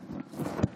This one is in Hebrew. כבוד היושב-ראש,